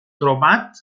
trobat